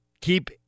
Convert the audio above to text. keep